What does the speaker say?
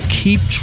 keep